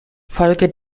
folge